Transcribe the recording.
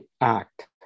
act